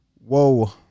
Whoa